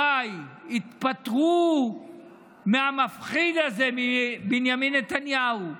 וואי, התפטרו מהמפחיד הזה, מבנימין נתניהו.